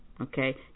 okay